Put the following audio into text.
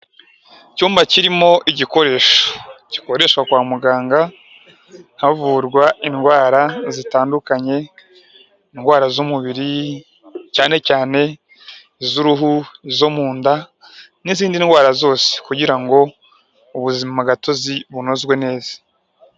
Icyumba kirimo igikoresho gikoreshwa kwa muganga, havurwa indwara zitandukanye, indwara z'umubiri, cyane cyane iz'uruhu, izo mu nda, n'izindi ndwara zose kugira ngo ubuzimagatozi bunozwe neza.